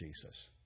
Jesus